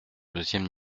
deuxième